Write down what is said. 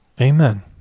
amen